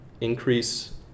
increase